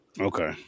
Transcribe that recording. Okay